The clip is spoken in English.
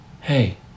Hey